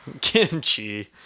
Kimchi